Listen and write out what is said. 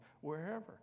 wherever